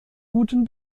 guten